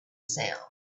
sound